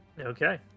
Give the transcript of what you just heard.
Okay